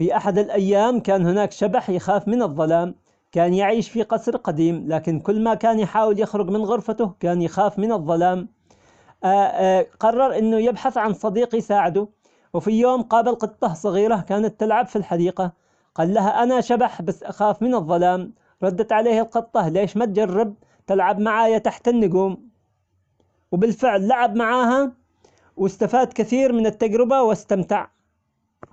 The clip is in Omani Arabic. في أحد الأيام كان هناك شبح يخاف من الظلام، كان يعيش في قصر قديم لكن كل ما كان يحاول يخرج من غرفته كان يخاف من الظلام، قرر أنه يبحث عن صديق يساعده، وفي يوم قابل قطة صغيرة كانت تلعب في الحديقة، قال لها أنا شبح بس أخاف من الظلام ردت عليه القطة ليش ما تجرب تلعب معايا تحت النجوم، وبالفعل لعب معاها واستفاد كثير من التجربة واستمتع.